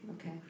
Okay